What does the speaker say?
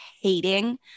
hating